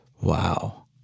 Wow